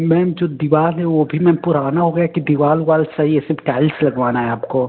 ma'am जो दीवार है वो भी मैम पुराना हो गया कि दीवार ओवाल सही है सिफ टाइल्स लगवाना है आपको